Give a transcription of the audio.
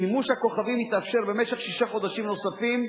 שימוש הכוכבים יתאפשר במשך שישה חודשים נוספים,